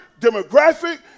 demographic